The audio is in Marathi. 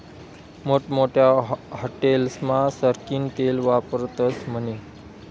मोठमोठ्या हाटेलस्मा सरकीनं तेल वापरतस म्हने